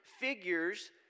figures